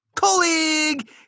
Colleague